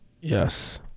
Yes